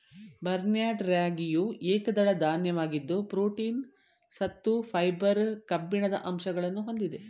barnyard ರಾಗಿಯು ಏಕದಳ ಧಾನ್ಯವಾಗಿದ್ದು ಪ್ರೋಟೀನ್, ಸತ್ತು, ಫೈಬರ್, ಕಬ್ಬಿಣದ ಅಂಶಗಳನ್ನು ಹೊಂದಿದೆ